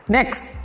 Next